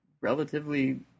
relatively